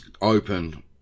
open